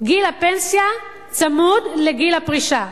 גיל הפנסיה צמוד לגיל הפרישה.